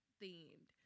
themed